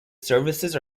services